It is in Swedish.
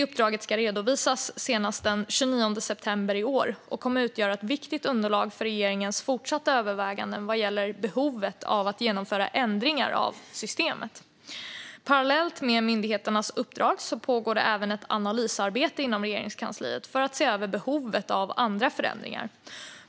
Uppdraget ska redovisas senast den 29 september i år och kommer att utgöra ett viktigt underlag för regeringens fortsatta överväganden vad gäller behovet av att genomföra ändringar av systemet. Parallellt med myndigheternas uppdrag pågår även ett analysarbete inom Regeringskansliet för att se över behovet av andra förändringar.